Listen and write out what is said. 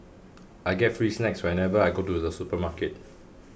I get free snacks whenever I go to the supermarket